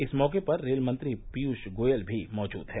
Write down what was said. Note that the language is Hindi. इस मौके पर रेलमंत्री पियूष गोयल भी मौजूद हैं